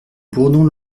bourbon